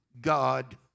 God